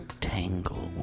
Tanglewood